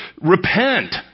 Repent